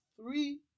three